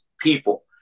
people